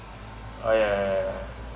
oh ya ya ya